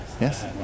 Yes